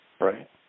Right